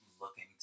looking